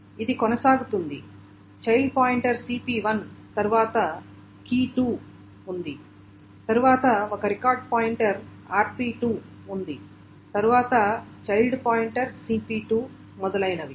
ఇది కొనసాగుతుంది child pointer cp1 తరువాత key2 ఉంది తరువాత ఒక రికార్డ్ పాయింటర్ rp2 ఉంది తరువాత చైల్డ్ పాయింటర్ cp2 మొదలైనవి